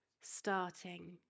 starting